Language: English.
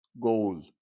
goal